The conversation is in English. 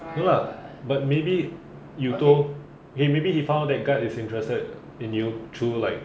no lah but maybe you told kay maybe he found out that guard is interested in you through like